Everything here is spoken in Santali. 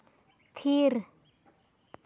ᱛᱷᱤᱨ